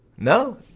No